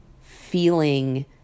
feeling